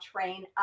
train